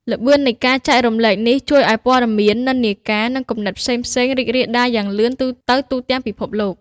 ល្បឿននៃការចែករំលែកនេះជួយឲ្យ ព័ត៌មាន និន្នាការ និង គំនិត ផ្សេងៗ រីករាលដាលយ៉ាងលឿននៅទូទាំងពិភពលោក។